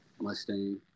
Mustang